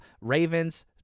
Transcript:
Ravens